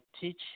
teach